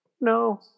no